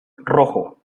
rojo